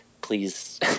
please